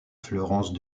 fleurance